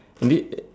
did